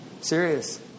Serious